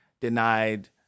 denied